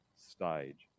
stage